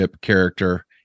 character